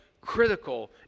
critical